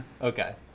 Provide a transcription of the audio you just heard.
Okay